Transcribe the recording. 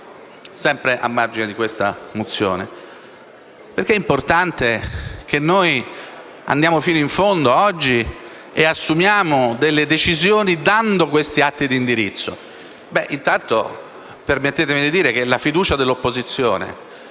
Sempre a margine della mozione, perché è importante che noi andiamo fino in fondo oggi e assumiamo delle decisioni, dando questi atti di indirizzo?